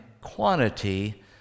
quantity